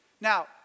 Now